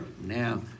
Now